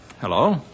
Hello